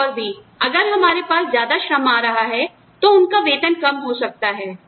कुछ और भी अगर हमारे पास ज्यादा श्रम आ रहा है तो उनका वेतन कम हो सकता है